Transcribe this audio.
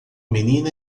menina